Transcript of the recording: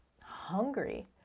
hungry